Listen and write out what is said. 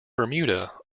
bermuda